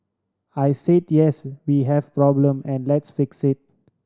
I said yes we have problem and let's fix it